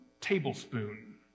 tablespoon